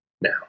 Now